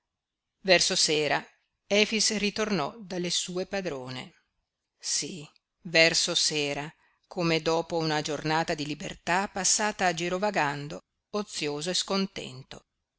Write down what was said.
verso sera efix ritornò dalle sue padrone sí verso sera come dopo una giornata di libertà passata girovagando ozioso e scontento